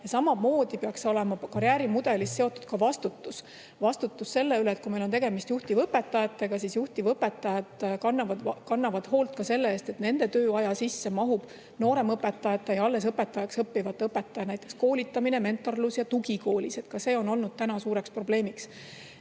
Samamoodi peaks olema karjäärimudelis seotud ka vastutus, vastutus selle üle, et kui meil on tegemist juhtivõpetajatega, siis juhtivõpetajad kannavad hoolt ka selle eest, et nende tööaja sisse mahub näiteks nooremõpetajate ja alles õpetajaks õppivate õpetajate koolitamine, mentorlus ja tugi koolis. Ka see on olnud suur probleem. Nii